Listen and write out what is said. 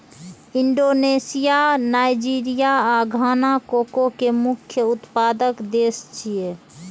Indonesia, Nigeria आ Ghana cocoa के मुख्य उत्पादक देश छियै